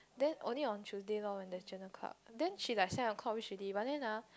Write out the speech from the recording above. then only on Tuesday loh when there is journal club then she like seven o-clock reach already but then ah